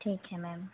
ठीक है मैम